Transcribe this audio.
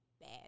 Bad